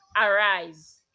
arise